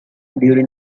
during